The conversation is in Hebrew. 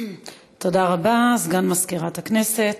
תודה רבה, סגן מזכירת הכנסת.